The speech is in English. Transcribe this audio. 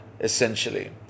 essentially